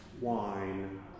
wine